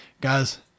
guys